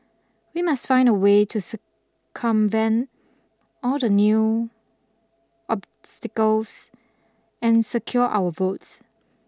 we must find a way to circumvent all the new obstacles and secure our votes